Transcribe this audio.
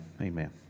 amen